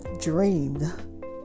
dreamed